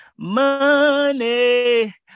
Money